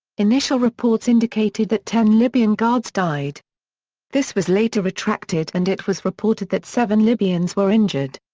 initial reports indicated that ten libyan guards died this was later retracted and it was reported that seven libyans were injured.